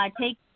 take